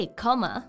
comma